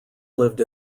lived